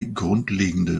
grundlegende